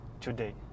today